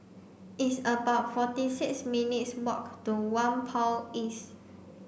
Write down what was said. it's about forty six minutes' walk to Whampoa East